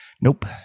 Nope